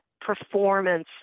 performance